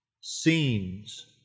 scenes